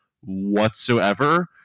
whatsoever